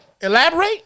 elaborate